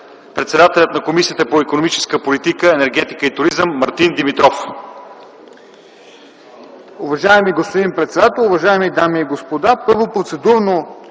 председателят на Комисията по икономическата политика, енергетика и туризъм господин Мартин Димитров.